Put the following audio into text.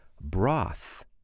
broth